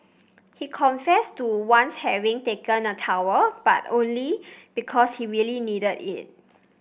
he confessed to once having taken a towel but only because he really needed it